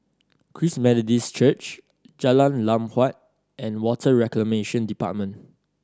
Christ Methodist Church Jalan Lam Huat and Water Reclamation Department